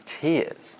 tears